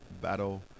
battle